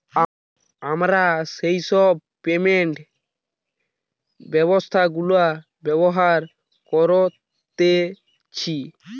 আমরা যেই সব পেমেন্ট ব্যবস্থা গুলা ব্যবহার করতেছি